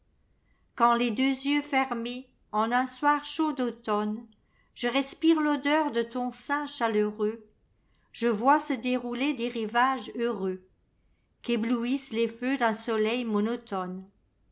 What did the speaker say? ouand les deux yeux fermés en un soir chaud d'automne je respire todeur de ton sein chaleureux je vois se dérouler des rivages heureuxqu'éblouissent les feux d'un soleil monotone